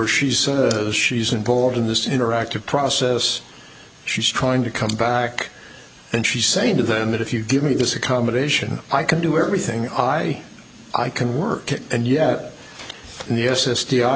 she's a she's involved in this interactive process she's trying to come back and she's saying to them that if you give me this accommodation i can do everything i can work and yet the